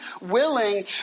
willing